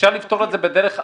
אפשר לפתור את זה בדרך אחרת,